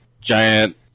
giant